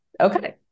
okay